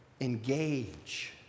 engage